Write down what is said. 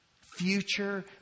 future